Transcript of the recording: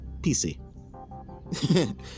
PC